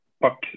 puck